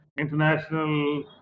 international